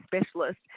specialist